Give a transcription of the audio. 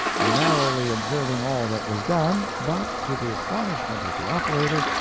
narrowly observing all that was done, but, to the astonishment of the operator,